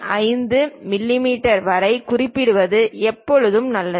5 மிமீ வரை குறிப்பிடுவது எப்போதும் நல்லது